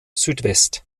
südwest